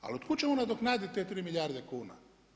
Ali otkud ćemo nadoknaditi te 3 milijarde kuna?